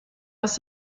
aus